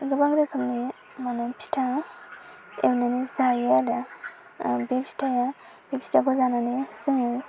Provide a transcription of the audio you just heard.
गोबां रोखोमनि मानि फिथा एवनानै जायो आरो बे फिथाया बे फिथाखौ जानानै जोङो